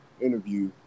interview